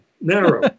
narrow